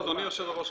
אדוני היושב-ראש,